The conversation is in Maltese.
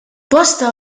bosta